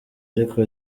ariko